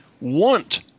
want